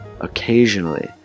Occasionally